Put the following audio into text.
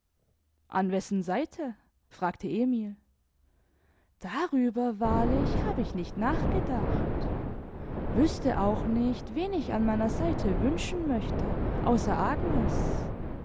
an wessen seite fragte emil darüber wahrlich hab ich nicht nachgedacht wüßte auch nicht wen ich an meiner seite wünschen möchte außer agnes